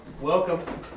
welcome